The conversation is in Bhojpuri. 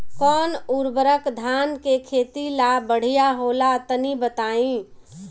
कौन उर्वरक धान के खेती ला बढ़िया होला तनी बताई?